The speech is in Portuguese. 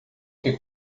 que